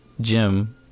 jim